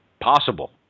possible